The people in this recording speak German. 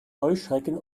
heuschrecken